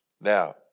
Now